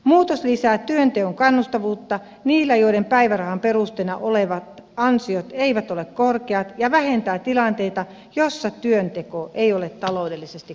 muutos lisää työnteon kannustavuutta niillä joiden päivärahan perusteena olevat ansiot eivät ole korkeat ja vähentää tilanteita joissa työnteko ei ole taloudellisesti kannattavaa